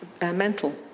mental